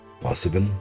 possible